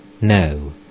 No